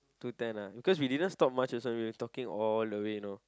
two ten ah because we didn't stop much also we were talking all the way you know